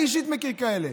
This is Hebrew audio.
אני אישית מכיר כאלה.